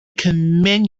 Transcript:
command